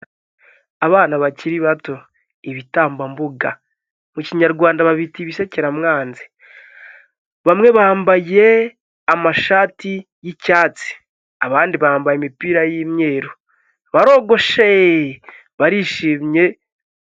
Abana bakiri bato, ibitambambuga mu kinyarwanda babita ibisekeramwanzi, bamwe bambaye amashati y'icyatsi, abandi bambaye imipira y'imyeru barogoshe barishimye.